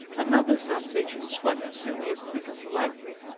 another sensation swept through me as quick as lightning.